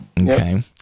okay